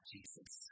Jesus